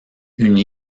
une